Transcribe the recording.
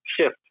shift